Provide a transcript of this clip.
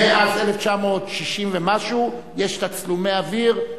מאז 1960 ומשהו יש תצלומי אוויר.